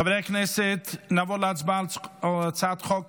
חברי הכנסת, נעבור להצבעה על הצעת חוק